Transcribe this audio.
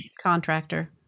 contractor